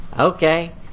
Okay